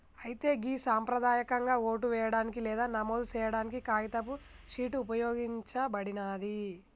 అయితే గి సంప్రదాయకంగా ఓటు వేయడానికి లేదా నమోదు సేయాడానికి కాగితపు షీట్ ఉపయోగించబడినాది